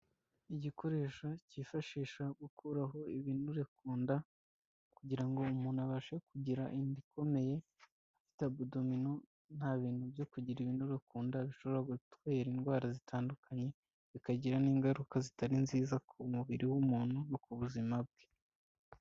Igikoresho kifashisha gukuraho ibinure ku nda, kugira ngo umuntu abashe kugira inda ikomeye, ifite abudomino nta bintu byo kugira ibinure ku nda, bishobora gutera indwara zitandukanye, bikagira n'ingaruka zitari nziza ku mubiri w'umuntu, no ku buzima bwe.